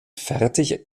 fertig